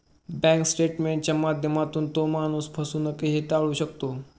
bank स्टेटमेंटच्या माध्यमातून तो माणूस फसवणूकही टाळू शकतो